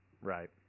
Right